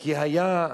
כי היה,